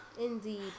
Indeed